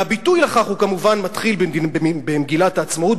והביטוי לכך כמובן מתחיל במגילת העצמאות,